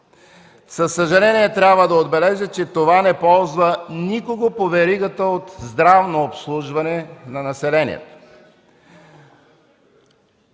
Със съжаление трябва да отбележа, че това не ползва никого по веригата от здравно обслужване на населението.